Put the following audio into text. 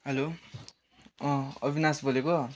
hello Avinash बोलेको